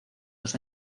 dos